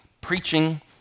preaching